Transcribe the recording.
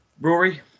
Rory